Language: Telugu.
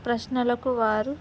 ప్రశ్నలకు వారు